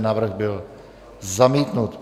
Návrh byl zamítnut.